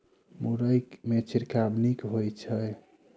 मुरई मे छिड़काव नीक होइ छै?